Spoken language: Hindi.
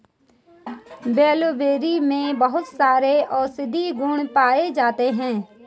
ब्लूबेरी में बहुत सारे औषधीय गुण पाये जाते हैं